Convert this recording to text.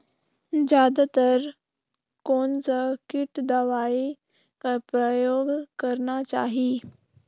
जादा तर कोन स किट दवाई कर प्रयोग करना चाही?